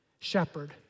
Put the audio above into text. shepherd